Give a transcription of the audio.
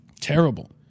Terrible